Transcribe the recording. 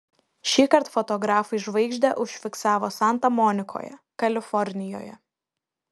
šįkart fotografai žvaigždę užfiksavo santa monikoje kalifornijoje